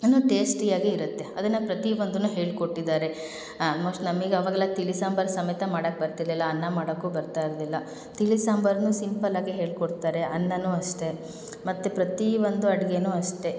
ಇನ್ನೂ ಟೇಸ್ಟಿಯಾಗಿ ಇರುತ್ತೆ ಅದನ್ನು ಪ್ರತಿಯೊಂದನ್ನು ಹೇಳಿಕೊಟ್ಟಿದ್ದಾರೆ ಆಲ್ಮೋಸ್ಟ್ ನಮಗ್ ಅವಾಗ ತಿಳಿ ಸಾಂಬಾರು ಸಮೇತ ಮಾಡಕ್ಕೆ ಬರ್ತಿರಲಿಲ್ಲ ಅನ್ನ ಮಾಡೋಕ್ಕೂ ಬರ್ತಾ ಇರಲಿಲ್ಲ ತಿಳಿ ಸಾಂಬಾರನ್ನು ಸಿಂಪಲ್ಲಾಗೇ ಹೇಳಿಕೊಡ್ತಾರೆ ಅನ್ನನೂ ಅಷ್ಟೇ ಮತ್ತು ಪ್ರತಿಯೊಂದು ಅಡ್ಗೆನೂ ಅಷ್ಟೇ